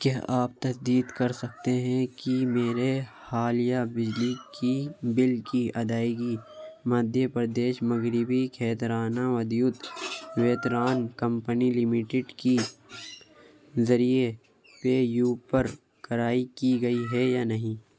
کیا آپ تصدیق کر سکتے ہیں کہ میرے حالیہ بجلی کی بل کی ادائیگی مدھیہ پردیش مغربی کھیترانا ودیوت ویتران کمپنی لمیٹڈ کی ذریعے پے یو پر کرائی کی گئی ہے یا نہیں